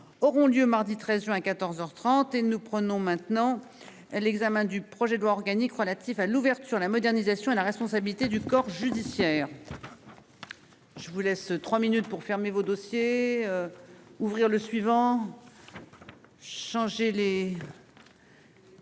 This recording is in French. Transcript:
Auront lieu mardi 13 juin à 14h 30 et nous prenons maintenant. L'examen du projet de loi organique relative à l'ouverture, la modernisation et la responsabilité du corps judiciaire. Je vous laisse 3 minutes pour fermer vos dossiers. Ouvrir le suivant. Changez. Les.